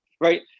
right